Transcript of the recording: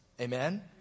Amen